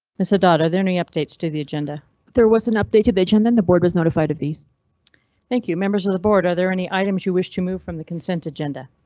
ms adad there any updates to the agenda there wasn't updated the agenda and the board was notified of these thank you members of the board. are there any items you wish to move from the consent agenda?